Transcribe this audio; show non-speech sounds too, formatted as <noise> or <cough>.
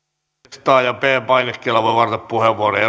puhujalistaa ja p painikkeella voi varata puheenvuoroja <unintelligible>